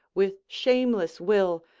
with shameless will,